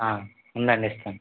ఉందండి ఇస్తాను